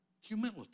Humility